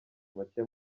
make